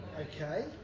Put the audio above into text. Okay